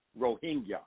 Rohingya